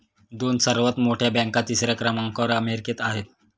दोन सर्वात मोठ्या बँका तिसऱ्या क्रमांकावर अमेरिकेत आहेत